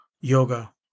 Yoga